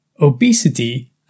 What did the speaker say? obesity